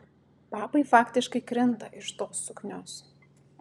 papai faktiškai krinta iš tos suknios